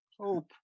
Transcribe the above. Hope